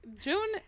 June